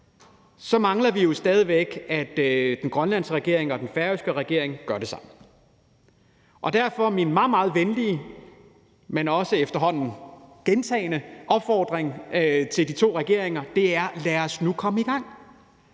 så mangler vi jo stadig væk, at den grønlandske regering og den færøske regering gør det samme. Derfor bringer jeg min meget, meget venlige, men også efterhånden gentagne opfordring til de to regeringer, og den er: Lad os nu komme i gang!